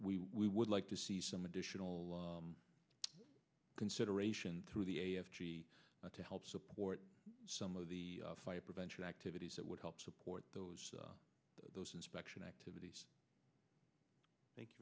we would like to see some additional consideration through the a f p to help support some of the fire prevention activities that would help support those those inspection activities thank you